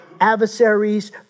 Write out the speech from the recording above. adversaries